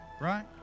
Right